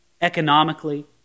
economically